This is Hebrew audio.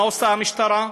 מה עושה המשטרה?